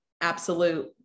absolute